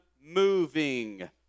moving